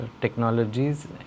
technologies